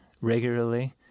regularly